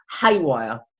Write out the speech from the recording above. haywire